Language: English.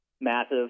massive